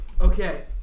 Okay